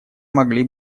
могли